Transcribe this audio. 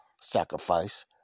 sacrifice